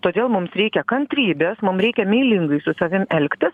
todėl mums reikia kantrybės mums reikia meilingai su savim elgtis